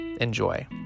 Enjoy